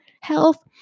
health